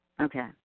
Okay